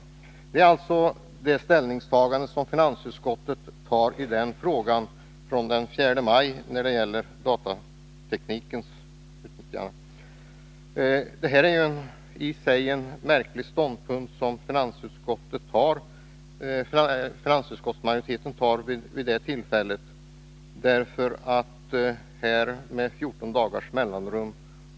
Detta var alltså det ställningstagande som finansutskottet gjorde den 4 maj iett betänkande om datateknikens utveckling. Med 14 dagars mellanrum har finansutskottet således ändrat uppfattning, vilket får anses märkligt.